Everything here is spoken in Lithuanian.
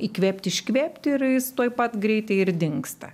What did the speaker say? įkvėpti iškvėpti ir jis tuoj pat greitai ir dingsta